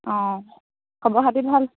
অঁ খবৰ খাতি ভাল